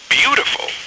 beautiful